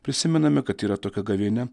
prisimename kad yra tokia gavėnia